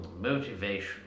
motivation